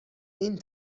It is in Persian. این